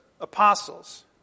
apostles